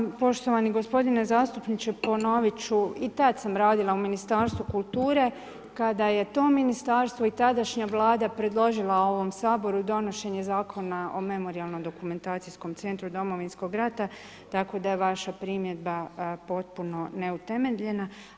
Hvala vam poštovani gospodine zastupniče, ponoviti ću i tada sam radila u Ministarstvu kulture, kada je to ministarstvo i tadašnja vlada predložila u ovom Saboru donošenje zakona o memorijalnom dokumentacijskom centru Domovinskog rata, tako da je vaša primjedba potpuno neutemeljena.